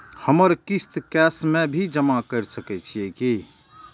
हमर किस्त कैश में भी जमा कैर सकै छीयै की?